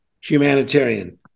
humanitarian